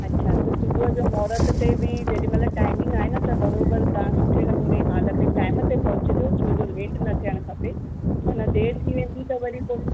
अच्छा त सुबुह जो महूरतु ते बि जेॾीं महिल टाइमिंग आहे न त बराबरि तव्हां सुठे नमूने हाल में टाइम ते पहुचजो छोजो लेट न थियणु खपे न न देरि थी वेंदी त वरी पोइ